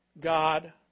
God